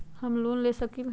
हम लोन ले सकील?